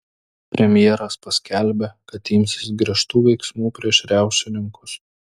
premjeras paskelbė kad imsis griežtų veiksmų prieš riaušininkus